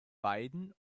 beiden